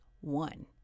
one